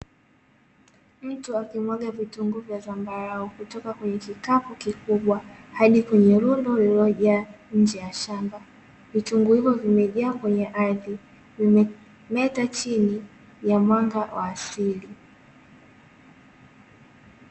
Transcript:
Mtu akimwaga vitunguu vya zambarau kutoka kwenye kikapu kikubwa hadi kwenye rundo lilojaa njee ya shamba. Vitunguu vimejaa kwenye ardhi vimemeta chini ya mwanga wa asili.